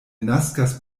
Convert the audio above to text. naskas